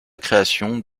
création